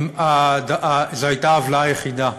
אם זו הייתה העוולה היחידה,